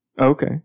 okay